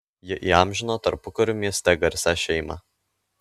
jie įamžino tarpukariu mieste garsią šeimą